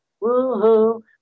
Woo-hoo